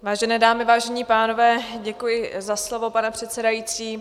Vážené dámy, vážení pánové, děkuji za slovo, pane předsedající.